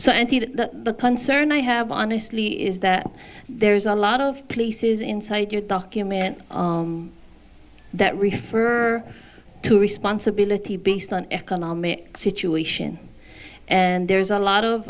indeed the concern i have honestly is that there's a lot of places inside your document that refer to responsibility based on economic situation and there's a lot of